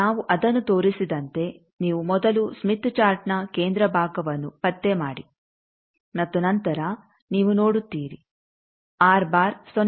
ನಾವು ಅದನ್ನು ತೋರಿಸಿದಂತೆ ನೀವು ಮೊದಲು ಸ್ಮಿತ್ ಚಾರ್ಟ್ನ ಕೇಂದ್ರ ಭಾಗವನ್ನು ಪತ್ತೆ ಮಾಡಿ ಮತ್ತು ನಂತರ ನೀವು ನೋಡುತ್ತೀರಿ 0